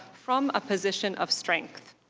from a position of strength.